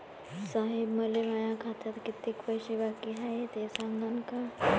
साहेब, मले माया खात्यात कितीक पैसे बाकी हाय, ते सांगान का?